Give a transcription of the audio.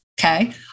Okay